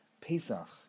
Pesach